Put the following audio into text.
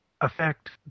affect